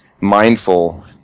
mindful